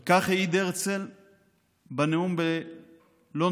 על כך העיד הרצל בנאום בלונדון